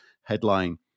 headline